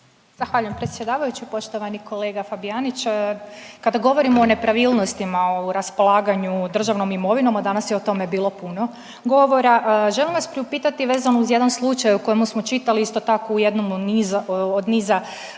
Zahvaljujem predsjedavajući. Poštovani kolega Fabijanić, kada govorimo o nepravilnostima u raspolaganju državnom imovinom, a danas je o tome bilo puno govora želim vas priupitati vezano uz jedan slučaj o kojem smo čitali isto tako u jednom od niza izvješća